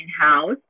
house